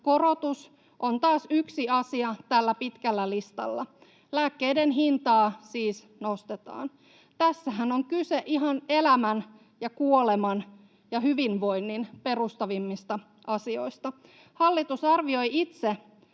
korotus on taas yksi asia tällä pitkällä listalla. Lääkkeiden hintaa siis nostetaan. Tässähän on kyse ihan elämän ja kuoleman ja hyvinvoinnin perustavimmista asioista. Hallitus arvioi itse,